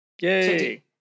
Yay